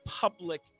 public